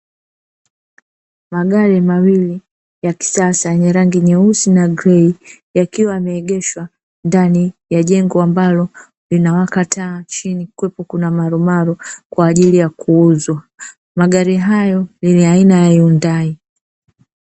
Magari mawili ya kisasa yenye rangi nyeusi na grei, yakiwa yameegeshwa ndani ya jengo ambalo linawaka taa chini kukiwepo kuna malumalu kwa ajili ya kuuzwa. Magari hayo ni aina ya Yundai.